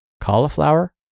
cauliflower